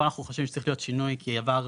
פה אנחנו חושבים שצריך להיות שינוי כי עברה